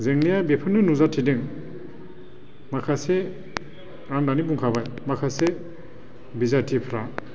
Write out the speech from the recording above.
जेंनाया बेफोरनो नुजाथिदों माखासे आं दानि बुंखाबाय माखासे बिजाथिफ्रा